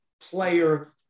player